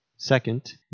Second